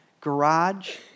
garage